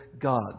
God